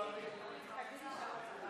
לוועדה העבודה והרווחה נתקבלה.